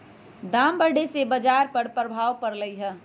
दाम बढ़े से बाजार पर प्रभाव परलई ह